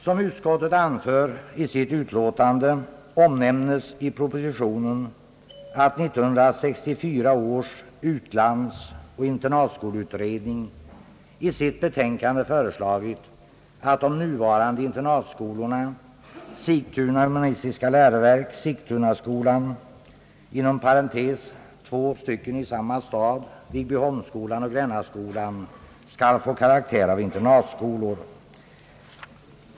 Som det anförs i utskottsutlåtandet omnämnes det i propositionen, att 1964 års utlandsoch internatskoleutredning i sitt betänkande föreslagit att de nuvarande internatskolorna Sigtuna humanistiska läroverk, Sigtunaskolan , Viggbyholmsskolan och Grännaskolan skall få karaktär av riksinternatskolor.